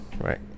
right